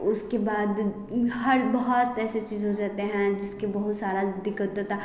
उसके बाद हर बहुत ऐसी चीज रहते है जिसके बहुत सारा दिक्कत होता है